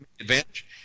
advantage